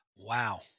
Wow